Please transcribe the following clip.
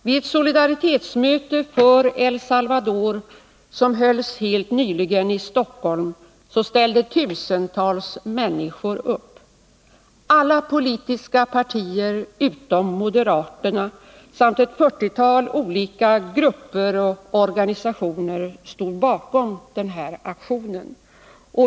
Vid ett solidaritetsmöte för El Salvador som hölls helt nyligen i Stockholm ställde tusentals människor upp. Alla politiska partier utom moderaterna samt ett fyrtiotal olika grupper och organisationer stod bakom aktionen.